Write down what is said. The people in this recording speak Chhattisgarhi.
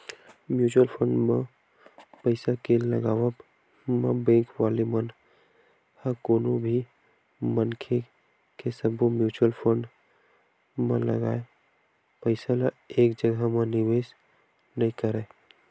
म्युचुअल फंड म पइसा के लगावब म बेंक वाले मन ह कोनो भी मनखे के सब्बो म्युचुअल फंड म लगाए पइसा ल एक जघा म निवेस नइ करय